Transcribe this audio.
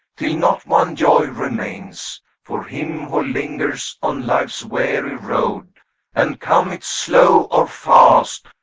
till not one joy remains for him who lingers on life's weary road and come it slow or fast,